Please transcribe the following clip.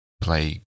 play